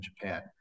Japan